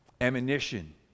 ammunition